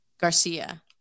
Garcia